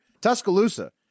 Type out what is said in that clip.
Tuscaloosa